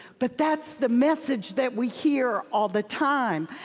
but that's the message that we hear all the time.